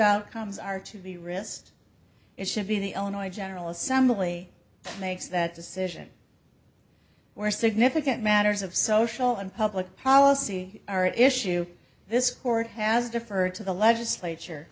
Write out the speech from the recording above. outcomes are to be rist it should be the illinois general assembly makes that decision where significant matters of social and public policy are issue this court has deferred to the legislature